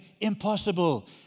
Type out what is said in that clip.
Impossible